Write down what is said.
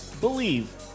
Believe